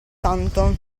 santo